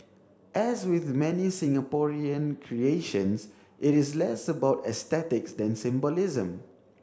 as with many Singaporean creations it is less about aesthetics than symbolism